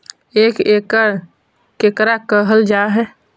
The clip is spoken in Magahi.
एक एकड़ केकरा कहल जा हइ?